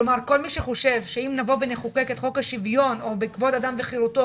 כל מי שחושב שאם נבוא ונחוקק את חוק השוויון או בכבוד אדם וחירותו,